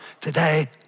today